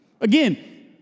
Again